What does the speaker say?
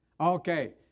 Okay